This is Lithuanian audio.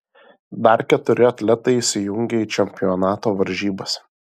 dar keturi atletai įsijungia į čempionato varžybas